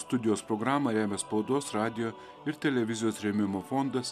studijos programą remia spaudos radijo ir televizijos rėmimo fondas